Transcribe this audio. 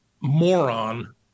moron